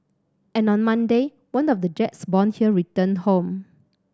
and on Monday one of the jets born here returned home